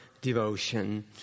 devotion